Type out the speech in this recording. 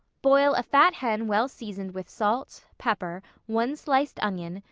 boil a fat hen well seasoned with salt, pepper, one sliced onion,